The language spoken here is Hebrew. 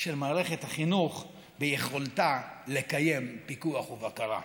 של מערכת החינוך ביכולתה לקיים פיקוח ובקרה.